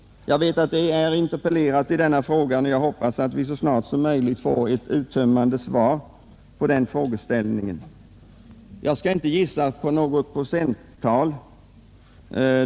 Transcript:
Jag vet att det har interpellerats i detta spörsmål, och jag hoppas att vi så snart som möjligt får ett uttömmande svar på den frågeställningen. Jag skall inte gissa på något procenttal.